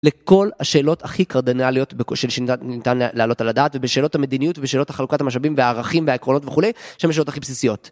לכל השאלות הכי קרדינליות בקושי שניתן להעלות על הדעת ובשאלות המדיניות ובשאלות החלוקת המשאבים והערכים והעקרונות וכולי שהן השאלות הכי בסיסיות.